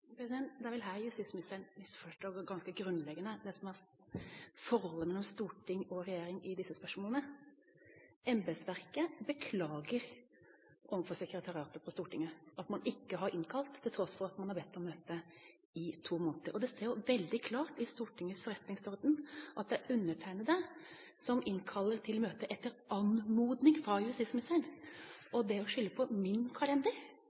Det er vel her justis- og beredskapsministeren misforstår ganske grunnleggende hva som er forholdet mellom storting og regjering i disse spørsmålene. Embetsverket beklager overfor sekretariatet på Stortinget at man ikke har innkalt til tross for at man har bedt om møte i to måneder. Det står jo veldig klart i Stortingets forretningsorden at det er undertegnede som innkaller til møte etter anmodning fra justis- og beredskapsministeren. Og det å skylde på min kalender